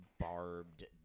barbed